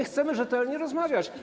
Chcemy rzetelnie rozmawiać.